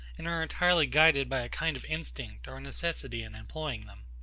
and are entirely guided by a kind of instinct or necessity in employing them.